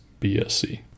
BSC